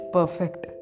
Perfect